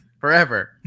forever